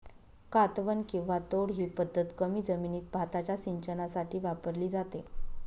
कातवन किंवा तोड ही पद्धत कमी जमिनीत भाताच्या सिंचनासाठी वापरली जाते